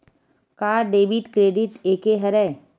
का debit credit एके हरय?